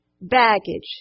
baggage